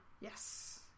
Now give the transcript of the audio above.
yes